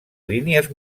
línies